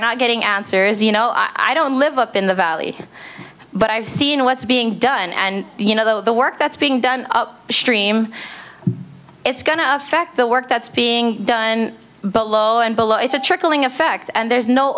not getting answers you know i don't live up in the valley but i've seen what's being done and you know the work that's being done up stream it's going to affect the work that's being done but low and below it's a trickling effect and there's no